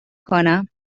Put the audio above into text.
کنم